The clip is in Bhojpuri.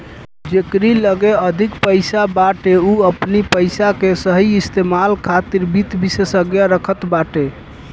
जेकरी लगे अधिक पईसा बाटे उ अपनी पईसा के सही इस्तेमाल खातिर वित्त विशेषज्ञ रखत बाटे